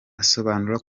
asobanura